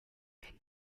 mean